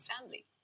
family